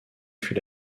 fut